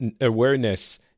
awareness